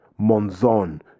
Monzon